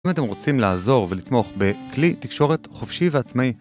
אם אתם רוצים לעזור ולתמוך בכלי תקשורת חופשי ועצמאי